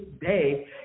day